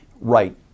Right